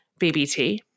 BBT